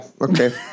Okay